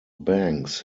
banks